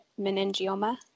meningioma